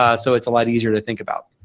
ah so it's a lot easier to think about.